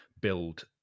build